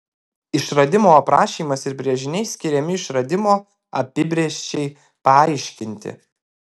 išradimo aprašymas ir brėžiniai skiriami išradimo apibrėžčiai paaiškinti